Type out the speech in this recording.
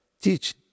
teach